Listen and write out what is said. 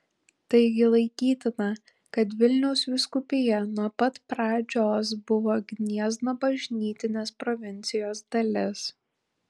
taigi laikytina kad vilniaus vyskupija nuo pat pradžios buvo gniezno bažnytinės provincijos dalis